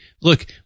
Look